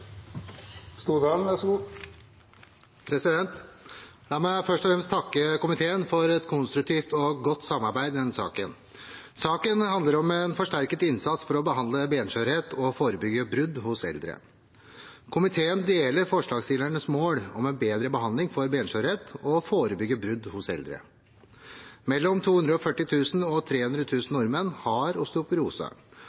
La meg først og fremst takke komiteen for et konstruktivt og godt samarbeid i denne saken. Saken handler om en forsterket innsats for å behandle benskjørhet og forebygge brudd hos eldre. Komiteen deler forslagsstillernes mål om bedre behandling for benskjørhet og å forebygge brudd hos eldre. Mellom